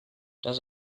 does